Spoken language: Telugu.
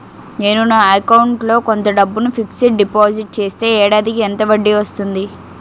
నేను నా అకౌంట్ లో కొంత డబ్బును ఫిక్సడ్ డెపోసిట్ చేస్తే ఏడాదికి ఎంత వడ్డీ వస్తుంది?